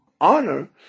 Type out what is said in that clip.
honor